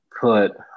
put